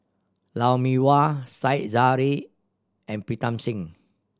Lou Mee Wah Said Zahari and Pritam Singh